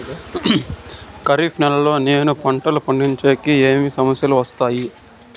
ఖరీఫ్ నెలలో నేను పంటలు పండించేకి ఏమేమి సమస్యలు వస్తాయి?